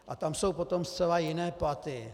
A tam jsou potom zcela jiné platy.